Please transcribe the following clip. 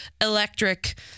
electric